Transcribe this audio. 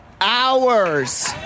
hours